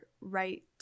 right